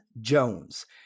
Jones